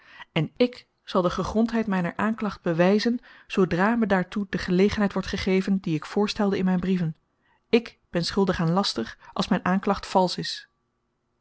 parang koedjang ik zal de gegrondheid myner aanklacht bewyzen zoodra me daartoe de gelegenheid wordt gegeven die ik voorstelde in myn brieven ik ben schuldig aan laster als myn aanklacht valsch is